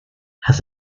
has